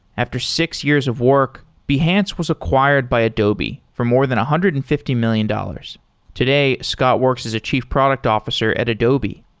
after six years of work, behance was acquired by adobe for more than a one hundred and fifty million dollars today, scott works as a chief product officer at adobe.